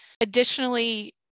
Additionally